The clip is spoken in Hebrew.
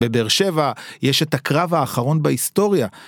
בבאר שבע יש את הקרב האחרון בהיסטוריה.